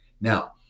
Now